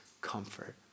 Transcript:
comfort